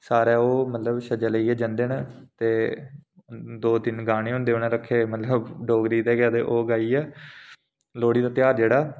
सारे ओह् छज्जा लेइयै जंदे ते दो तिन गाने रक्खे दे होंदे उ'नें मतलब डोगरी दे गै